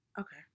Okay